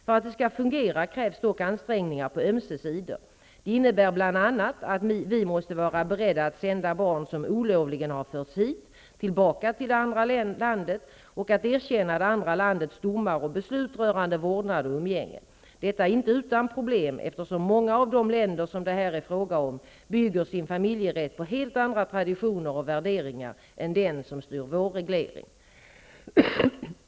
För att det skall fungera krävs dock ansträngningar på ömse sidor. Det innebär bl.a. att vi måste vara beredda att sända barn som olovligen har förts hit tillbaka till det andra landet och att erkänna det andra landets domar och beslut rörande vårdnad och umgänge. Detta är inte utan problem, eftersom många av de länder som det här är fråga om bygger sin familjerätt på helt andra traditioner och värderingar än dem som styr vår reglering.